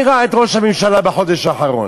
מי ראה את ראש הממשלה בחודש האחרון?